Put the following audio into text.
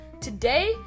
Today